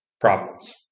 problems